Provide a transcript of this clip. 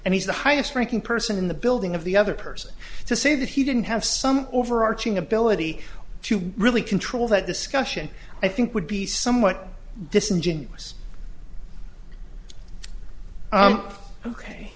and he's the highest ranking person in the building of the other person to say that he didn't have some overarching ability to really control that discussion i think would be somewhat disingenuous